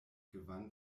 gewann